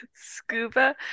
scuba